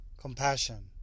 Compassion